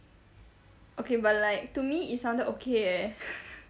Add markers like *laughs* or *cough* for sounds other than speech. okay but like to me it sounded okay eh *laughs*